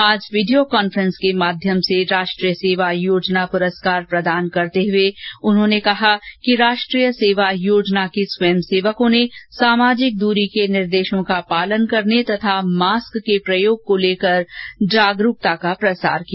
आज video conference के माध्यम से राष्ट्रीय सेवा योजना पुरस्कार प्रदान करते हए उन्होंने कहा कि राष्ट्रीय सेवा योजना के स्वयसेवकों ने सामाजिक दरी के निर्देशों का पालन करने तथा मास्क के प्रयोग को लेकर जागरुकता का प्रसार किया